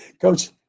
Coach